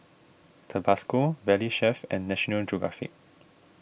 Tabasco Valley Chef and National Geographic